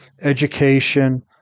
education